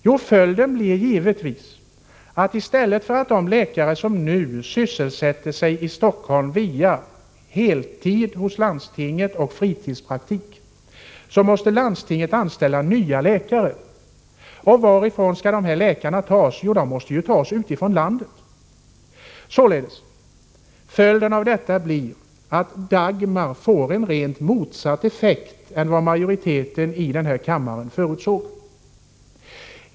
Jo, följden blir givetvis att utöver de läkare, som f. n. är sysselsatta på heltid hos landstinget och dessutom har en fritidspraktik, måste landstinget anställa nya läkare. Och varifrån skall dessa nya läkare tas? Jo, de måste tas utifrån landet. Således blir följden att Dagmaröverenskommelsen får en effekt rakt motsatt den som majoriteten i denna kammare förutsåg.